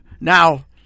Now